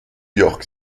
york